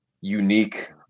unique